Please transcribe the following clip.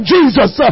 Jesus